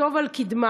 לחשוב על קדמה,